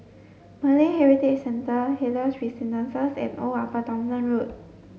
Malay Heritage Centre Helios Residences and Old Upper Thomson Road